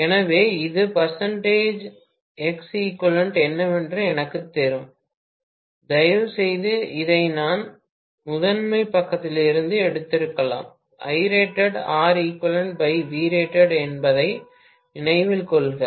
எனவே இது Xeq என்னவென்று எனக்குத் தரும் தயவுசெய்து இதை நான் முதன்மைப் பக்கத்திலிருந்து எடுத்திருக்கலாம் என்பதை நினைவில் கொள்க